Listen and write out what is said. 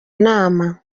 nama